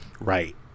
right